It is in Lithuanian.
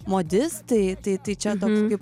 modistai tai tai čia toks kaip